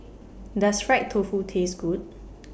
Does Fried Tofu Taste Good